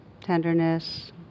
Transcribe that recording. tenderness